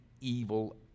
evil